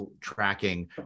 tracking